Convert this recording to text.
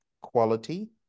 quality